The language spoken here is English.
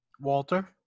Walter